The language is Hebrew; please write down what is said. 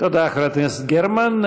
תודה לחברת הכנסת גרמן.